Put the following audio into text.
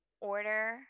order –